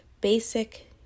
basic